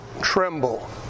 tremble